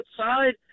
outside